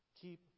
Keep